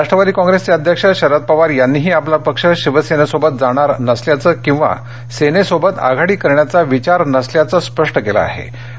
राष्ट्रवादी काँप्रेसचे अध्यक्ष शरद पवार यांनीही आपला पक्ष शिवसेनेबरोबर जाणार नसल्याचं किवा सेनेसोबत आघाडी करण्याचा विचार नसल्याचं स्पष्टपणे सांगितलं आहे